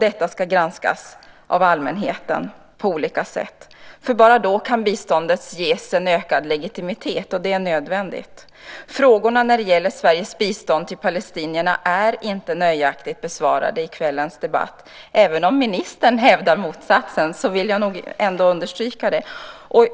Detta ska granskas av allmänheten på olika sätt. Bara då kan biståndet ges en ökad legitimitet. Det är nödvändigt. Frågorna när det gäller Sveriges bistånd till palestinierna är inte nöjaktigt besvarade i kvällens debatt. Även om ministern hävdar motsatsen vill jag understryka det.